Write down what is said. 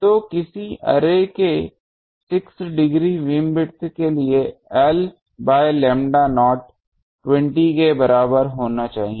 तो किसी अर्रे के 6 डिग्री बीमविड्थ के लिए L बाय लैम्ब्डा नॉट 20 के बराबर होना चाहिए